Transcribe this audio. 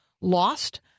lost